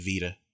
Vita